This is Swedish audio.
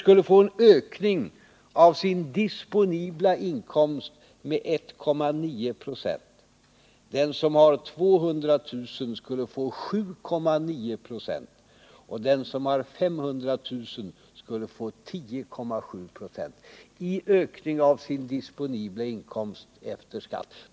skulle få en ökning av sin disponibla inkomst med 1,9 96, den som har 200 000 kr. skulle få 7,9 26, och den som har 500 000 kr. skulle få 10,7 26 i ökning av sin disponibla inkomst efter skatt.